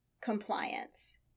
compliance